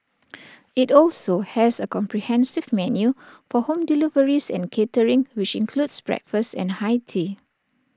IT also has A comprehensive menu for home deliveries and catering which includes breakfast and high tea